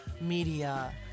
media